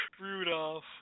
Rudolph